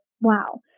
wow